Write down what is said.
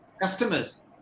customers